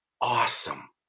awesome